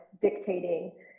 dictating